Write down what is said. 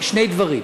שני דברים.